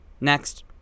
next